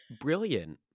Brilliant